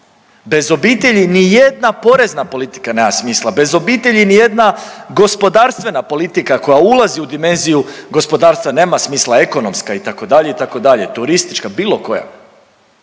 bez obitelji nijedna porezna politika nema smisla, bez obitelji nijedna gospodarstvena politika koja ulazi u dimenziju gospodarstva nema smisla, ekonomska, itd., itd., turistička, bilo koja.